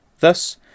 Thus